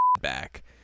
back